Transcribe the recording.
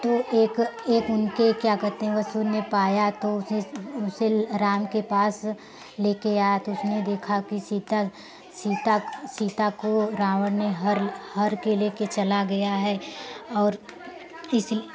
तो एक एक उनके क्या कहते हैं वह सुन पाया तो उसे उसे राम के पास लेकर आए तो उसने देखा की सीता सीता सीता को रावण ने हर हर के लेकर चला गया है और इसी